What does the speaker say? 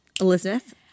Elizabeth